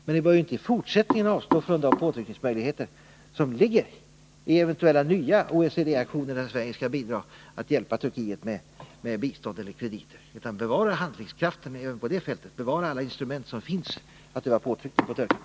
Men ni bör inte i fortsättningen avstå från de påtryckningsmöjligheter som ligger i eventuella nya OECD-aktioner där Sverige skall bidra till att hjälpa Turkiet med bistånd eller krediter, utan bevara handlingskraften även på det fältet, bevara alla instrument som finns att öva påtryckningar.